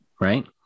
right